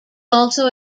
also